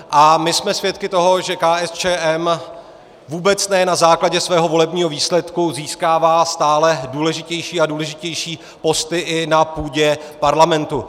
A my jsme svědky toho, že KSČM vůbec ne na základě svého volebního výsledku získává stále důležitější a důležitější posty i na půdě parlamentu.